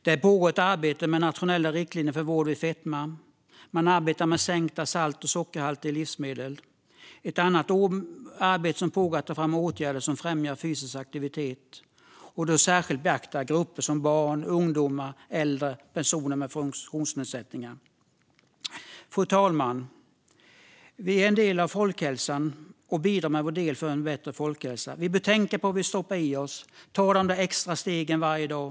Det pågår ett arbete med nationella riktlinjer för vård vid fetma, och man arbetar med sänkta salt och sockerhalter i livsmedel. Ett annat arbete som pågår är ett ta fram åtgärder som främjar fysisk aktivitet och då särskilt beakta barn, ungdomar, äldre och personer med funktionsnedsättningar. Fru talman! Vi är en del av folkhälsan och bidrar med vår del för en bättre folkhälsa. Vi bör tänka på vad stoppar i oss och ta de där extra stegen varje dag.